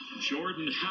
Jordan